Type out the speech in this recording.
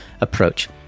approach